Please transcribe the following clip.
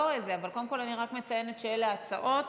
קודם כול, אני רק מציינת שאלה ההצעות.